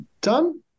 done